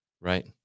right